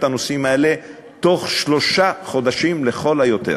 הנושאים האלה בתוך שלושה חודשים לכל היותר.